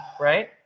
right